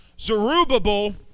Zerubbabel